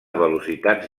velocitats